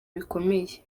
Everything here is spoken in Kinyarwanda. bikomeye